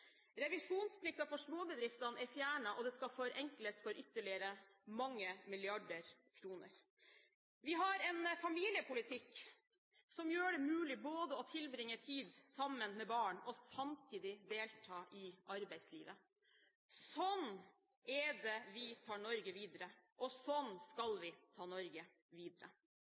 Revisjonsplikten for småbedriftene er fjernet, og det skal forenkles for ytterligere mange milliarder kroner. Vi har en familiepolitikk som gjør det mulig å tilbringe tid sammen med barn og samtidig delta i arbeidslivet. Sånn er det vi tar Norge videre, og sånn skal vi ta Norge videre.